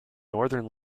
northern